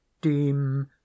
Deem